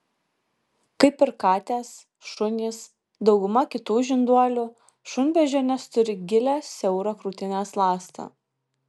kaip ir katės šunys dauguma kitų žinduolių šunbeždžionės turi gilią siaurą krūtinės ląstą